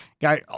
got